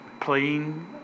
playing